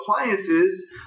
appliances